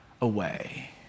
away